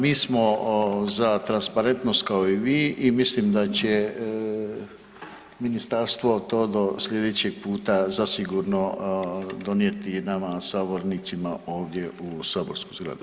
Mi smo za transparentnost kao i vi i mislim da će ministarstvo to do sljedećeg puta zasigurno donijeti nama sabornicima ovdje u saborsku zgradu.